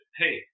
hey